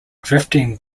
drifting